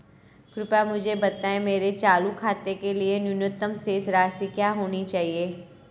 कृपया मुझे बताएं मेरे चालू खाते के लिए न्यूनतम शेष राशि क्या होनी चाहिए?